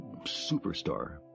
superstar